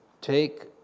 take